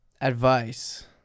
advice